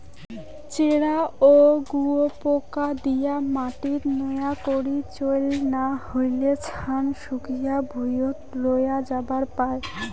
চ্যারা ও গুপোকা দিয়া মাটিত নয়া করি চইল না হইলে, ছান শুকিয়া ভুঁইয়ত রয়া যাবার পায়